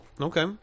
Okay